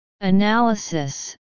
Analysis